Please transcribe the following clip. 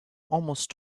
almost